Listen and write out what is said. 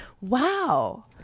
wow